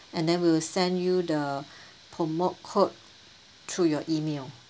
and then we'll send you the promote code through your email